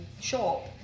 shop